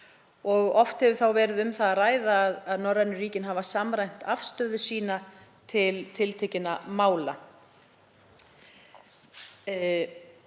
Oft hefur þá verið um það að ræða að norrænu ríkin hafa samræmt afstöðu sína til tiltekinna mála.